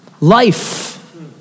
Life